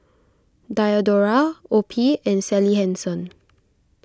Diadora Opi and Sally Hansen